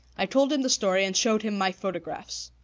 i told him the story and showed him my photographs.